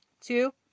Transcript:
Two